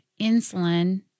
insulin